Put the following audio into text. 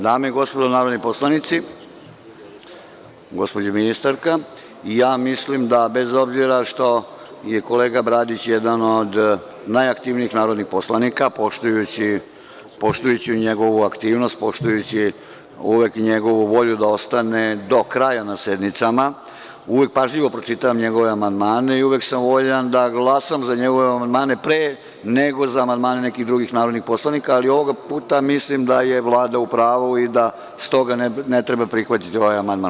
Dame i gospodo narodni poslanici, gospođo ministarka, ja mislim da, bez obzira što je kolega Bradić jedan od najaktivnijih narodnih poslanika, poštujući njegovu aktivnost, poštujući uvek njegovu volju da ostane do kraja na sednicama, uvek pažljivo pročitam njegove amandmane i uvek sam voljan da glasam za njegove amandmane pre nego za amandmane nekih drugih narodnih poslanika, ali ovog puta mislim da je Vlada u pravu i da stoga ne treba prihvatiti ovaj amandman.